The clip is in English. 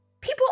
People